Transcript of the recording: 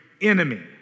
enemy